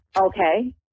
Okay